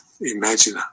imagine